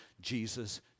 Jesus